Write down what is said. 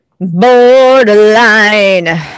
Borderline